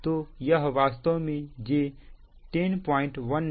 तो यह वास्तव में j10192 puहै